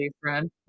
friend